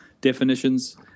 definitions